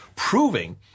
proving